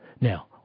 Now